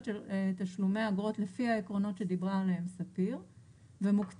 של תשלומי אגרות לפי העקרונות שדיברה עליהם ספיר ומוקצים